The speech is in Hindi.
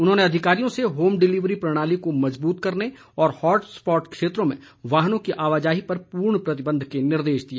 उन्होंने अधिकारियों से होम डिलीवरी प्रणाली को मजबूत करने और हॉट स्पॉट क्षेत्रों में वाहनों की आवाजाही पर पूर्ण प्रतिबंध के निर्देश दिए